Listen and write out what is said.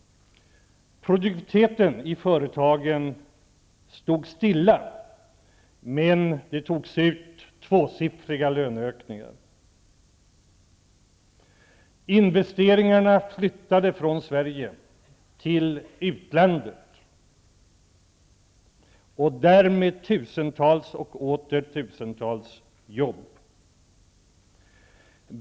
Produktiviteten i företagen stod stilla, men det togs ut tvåsiffriga löneökningar. Investeringarna flyttade från Sverige till utlandet, och därmed tusentals och åter tusentals jobb.